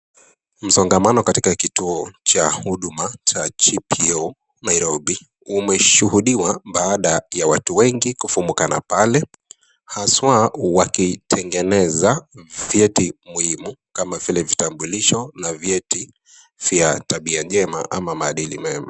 Msongamano katika kituo cha Huduma cha GPO Nairobi umeshuhudiwa baada ya watu wengi kufumukana pale haswa wakitengeneza vyeti muhimu kama vile vitambulisho na vyeti vya tabia njema ama maadili mema.